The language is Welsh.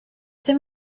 sydd